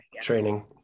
Training